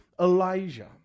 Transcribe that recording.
Elijah